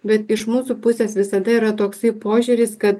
bet iš mūsų pusės visada yra toksai požiūris kad